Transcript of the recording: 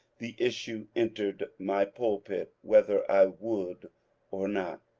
the issue entered my pulpit whether i would or not.